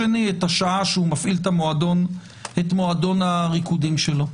והשני את השעה שהוא מפעיל את מועדון הריקודים שלו.